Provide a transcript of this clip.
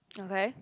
okay